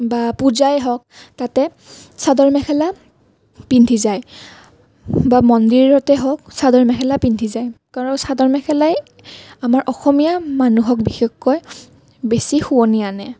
বা পূজাই হওক তাতে চাদৰ মেখেলা পিন্ধি যায় বা মন্দিৰতে হওক চাদৰ মেখেলা পিন্ধি যায় কাৰণ চাদৰ মেখেলাই আমাৰ অসমীয়া মানুহক বিশেষকৈ বেছি শুৱনি আনে